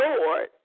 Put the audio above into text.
Lord